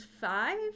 five